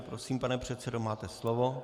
Prosím, pane předsedo, máte slovo.